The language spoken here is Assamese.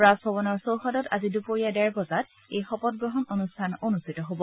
ৰাজভৱনৰ চৌহদত আজি দুপৰীয়া ডেৰ বজাত এই শপতগ্ৰহণ অনুষ্ঠান অনুষ্ঠিত হ'ব